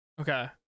okay